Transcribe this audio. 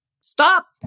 stop